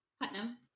Putnam